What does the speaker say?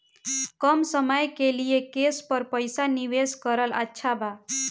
कम समय के लिए केस पर पईसा निवेश करल अच्छा बा?